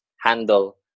handle